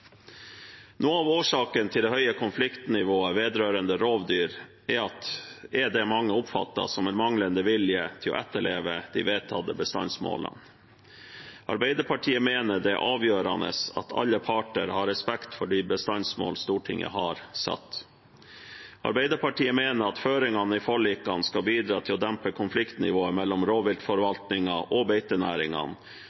Noe av årsaken til det høye konfliktnivået vedrørende rovdyr er det mange oppfatter som en manglende vilje til å etterleve de vedtatte bestandsmålene. Arbeiderpartiet mener det er avgjørende at alle parter har respekt for de bestandsmål Stortinget har satt. Arbeiderpartiet mener at føringene i forlikene skal bidra til å dempe konfliktnivået mellom